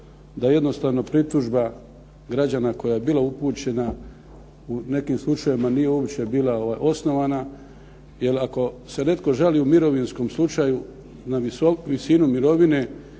da jednostavno pritužba građana koja je bila upućena u nekim slučajevima nije uopće bila osnovana jer ako se netko žali u mirovinskom slučaju na visinu mirovine